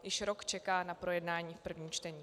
Již rok čeká na projednání v prvním čtení.